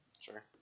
Sure